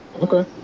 Okay